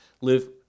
live